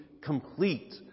complete